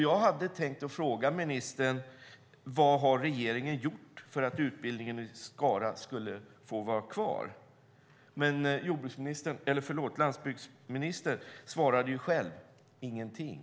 Jag hade tänkt fråga ministern vad regeringen har gjort för att utbildningen i Skara skulle få vara kvar. Men landsbygdsministern svarade redan själv: Ingenting.